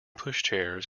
pushchairs